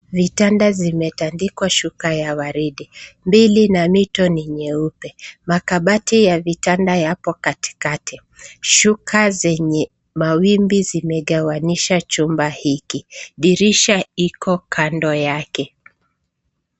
Vitanda zimetandikwa shuka ya waridi mbili na mito ni nyeupe. Makabati ya vitanda yapo katikati. Shuka zenye mawimbi zimegawanyisha chumba hiki. Dirisha iko kando yake.